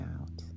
Out